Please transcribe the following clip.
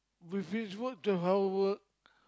we finish work twelve hour